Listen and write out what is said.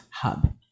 hub